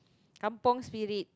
kampung Spirit